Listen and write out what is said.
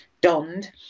Donned